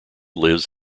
lives